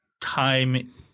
time